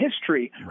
history